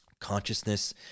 consciousness